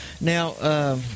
Now